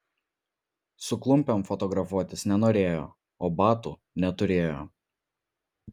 su klumpėm fotografuotis nenorėjo o batų neturėjo